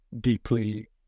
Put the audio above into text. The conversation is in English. deeply